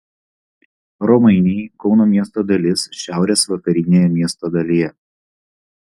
romainiai kauno miesto dalis šiaurės vakarinėje miesto dalyje